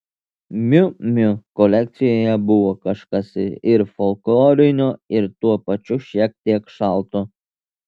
miu miu kolekcijoje buvo kažkas ir folklorinio ir tuo pačiu šiek tiek šalto